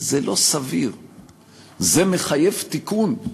זה לא סביר, זה מחייב תיקון,